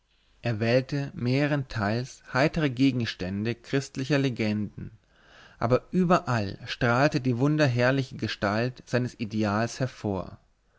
er wählte mehrenteils heitere gegenstände christlicher legenden aber überall strahlte die wunderherrliche gestalt seines ideals hervor